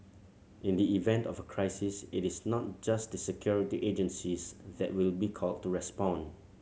in the event of a crisis it is not just the security agencies that will be called to respond